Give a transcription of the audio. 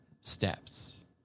steps